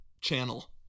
channel